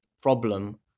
problem